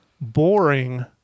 boring